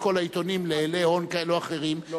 כל העיתונים לאילי הון כאלה ואחרים,